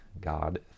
God